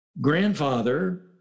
grandfather